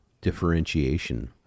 differentiation